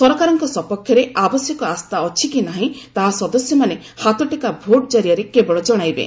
ସରକାରଙ୍କ ସପକ୍ଷରେ ଆବଶ୍ୟକ ଆସ୍ଥା ଅଛି କି ନାହିଁ ତାହା ସଦସ୍ୟମାନେ ହାତଟେକା ଭୋଟ୍ ଜରିଆରେ କେବଳ ଜଣାଇବେ